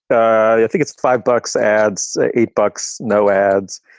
i yeah think it's five bucks ads. eight bucks. no ads.